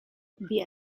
the